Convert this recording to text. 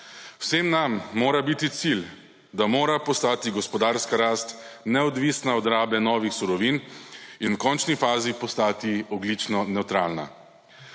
Vsem nam mora biti cilj, da mora postati gospodarska rast neodvisna od rabe novih surovin in v končni fazi postati ogljično nevtralna.